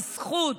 בזכות.